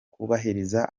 kubahiriza